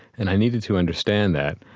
and i needed to understand that.